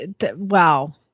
Wow